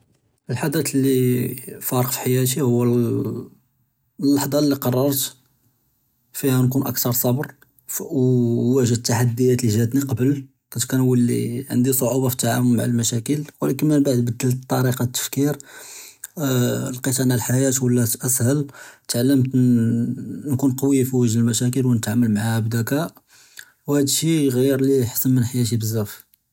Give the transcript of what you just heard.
אלחדת לי פארקת חיאתי הוא אללחט'ה אללי קררת נכון אכתר צבר، ונוואגה אלתחדיאת אלי גאתני קבל כנת כנולי ענדי צעובה פتعאמול מע אלמשאכל, ולכין ממבעד בדלת אלטריקה דיאל תפכיר לקית אן לחיאת ולא אסהול, תעלמת נכון קוי פוג'ה אלמשאכל ונתעאמל מעהא בדכאא ואלהאדשי גבּרלי חין מן חיאתי בזאף.